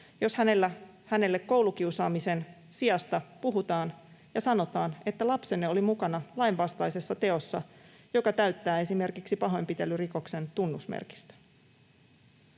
jos hänelle koulukiusaamisen sijasta puhutaan ja sanotaan, että lapsenne oli mukana lainvastaisessa teossa, joka täyttää esimerkiksi pahoinpitelyrikoksen tunnusmerkistön.